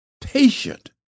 patient